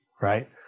right